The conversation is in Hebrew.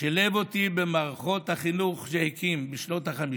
שילב אותי במערכות החינוך שהקים בשנות החמישים,